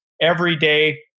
everyday